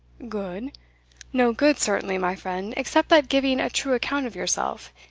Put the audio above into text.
good no good certainly, my friend, except that giving a true account of yourself,